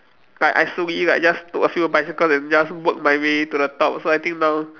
like I slowly like just took a few bicycles and just work my way to the top so I think now